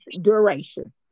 duration